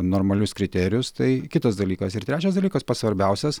normalius kriterijus tai kitas dalykas ir trečias dalykas pats svarbiausias